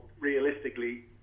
realistically